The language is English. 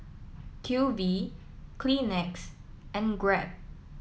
Q V Kleenex and Grab